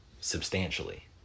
substantially